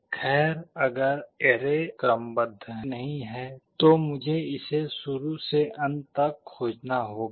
खैर अगर ऐरे क्रमबद्ध नहीं है तो मुझे इसे शुरू से अंत तक खोजना होगा